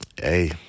Hey